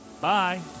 Bye